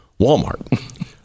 Walmart